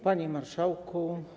Panie Marszałku!